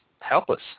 helpless